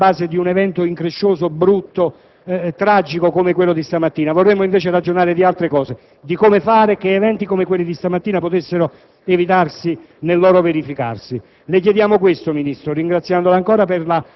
colleghi dell'Aula, non doverci trovare altre volte a ragionare sulla base di un evento increscioso, brutto e tragico come quello di stamattina. Vorremmo invece ragionare di altre cose, di come fare per evitare che tali eventi